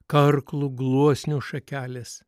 karklų gluosnio šakelės